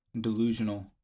Delusional